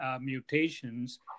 mutations